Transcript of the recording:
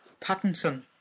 Pattinson